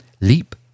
leap